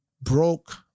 Broke